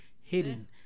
hidden